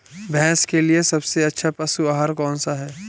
भैंस के लिए सबसे अच्छा पशु आहार कौनसा है?